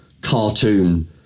cartoon